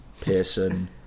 Pearson